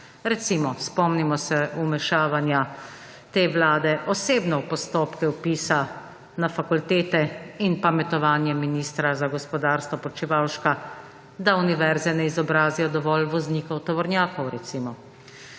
Recimo, spomnimo se vmešavanja te Vlade, osebno v postopke vpisa na fakultete in pametovanje ministra za gospodarstvo, Počivalška, da univerze ne izobrazijo dovolj voznikov tovornjakov, recimo.